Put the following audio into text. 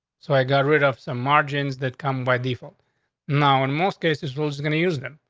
so i got rid of some margins that come by default now, in most cases, rules going to use them.